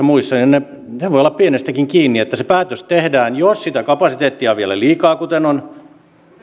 muista voi olla pienestäkin kiinni että se päätös tehdään jos sitä kapasiteettia on vielä liikaa kuten on